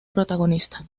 protagonista